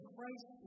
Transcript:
Christ